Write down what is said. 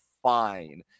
Fine